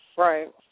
Right